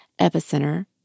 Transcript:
epicenter